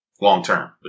long-term